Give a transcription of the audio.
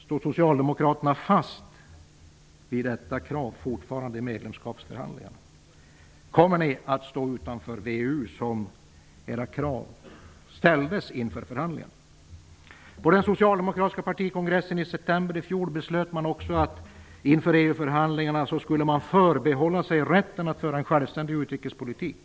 Står socialdemokraterna fortfarande fast vid detta sitt krav i medlemskapsförhandlingarna? Vill ni att vi skall stå utanför VEU, i enlighet med de krav som ni ställde inför förhandlingarna? På den socialdemokratiska partikongressen i september i fjol beslöt man också att inför EU förhandlingarna förbehålla sig rätten att föra en självständig utrikespolitik.